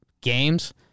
games